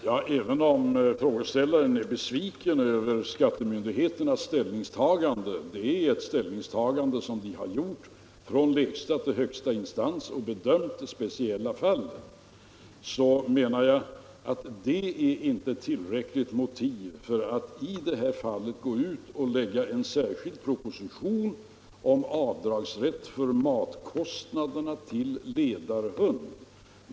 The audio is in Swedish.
Herr talman! Även om frågeställaren är besviken över skattemyndigheternas ställningstagande, som varit detsamma från lägsta till högsta instans, menar jag att detta inte är tillräckligt motiv för att lägga fram en särskild proposition om avdragsrätt för matkostnaderna för ledarhund.